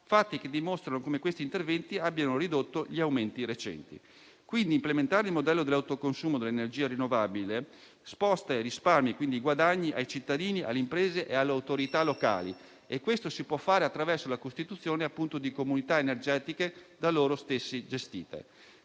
fatti che dimostrano come questi interventi abbiano ridotto gli aumenti recenti. Quindi, implementare il modello dell'autoconsumo dell'energia rinnovabile sposta i risparmi e, quindi, i guadagni a favore dei cittadini, delle imprese e delle autorità locali. E questo si può fare attraverso la costituzione di comunità energetiche da loro stessi gestite.